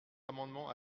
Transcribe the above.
amendement